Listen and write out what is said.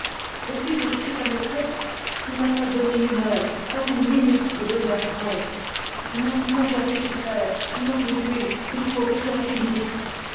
depuis que je suis ta maîtresse tu ne m'as pas donné une heure pas une minute de bonheur vrai et maintenant j'ai assez souffert je n'en puis plus il faut que cela finisse